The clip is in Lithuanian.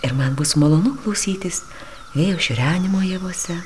ir man bus malonu klausytis vėjo šiurenimo javuose